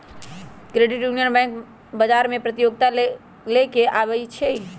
credit union bank बजार में प्रतिजोगिता लेके आबै छइ